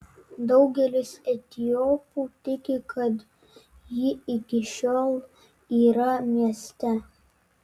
daugelis etiopų tiki kad ji iki šiol yra mieste